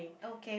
okay